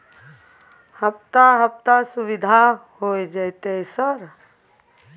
हफ्ता हफ्ता सुविधा होय जयते सर?